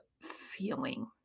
feeling